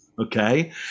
okay